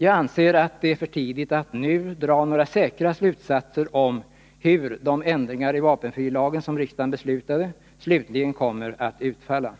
Jag anser att det är för tidigt att nu dra några säkra slutsatser om hur de ändringar i vapenfrilagen som riksdagen beslutade slutligen kommer att utfalla.